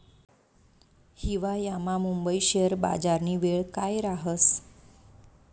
हिवायामा मुंबई शेयर बजारनी येळ काय राहस